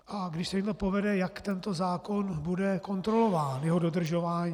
A když se jim to povede, jak tento zákon bude kontrolován, jeho dodržování?